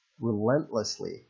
relentlessly